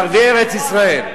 לערביי ארץ-ישראל.